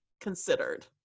considered